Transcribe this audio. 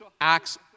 Acts